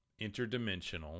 interdimensional